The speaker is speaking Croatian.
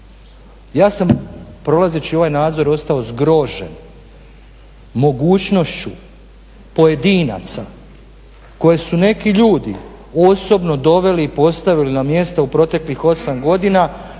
Ja sam prolazeći ovaj nadzor ostao zgrožen mogućnošću pojedinca koje su neki ljudi osobno doveli i postavili na mjesta u proteklih 8 godina